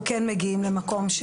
אנחנו כן מגיעים למקום,